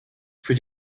für